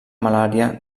malària